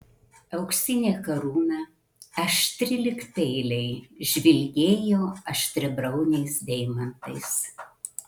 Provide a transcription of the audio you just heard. auksinė karūna aštri lyg peiliai žvilgėjo aštriabriauniais deimantais